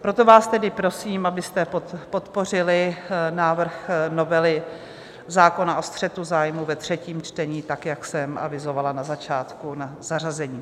Proto vás tedy prosím, abyste podpořili návrh novely zákona o střetu zájmů ve třetím čtení, tak jak jsem avizovala na začátku na zařazení.